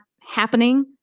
happening